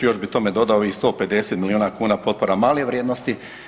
Još bi tome dodao i 150 milijuna kuna potpore male vrijednosti.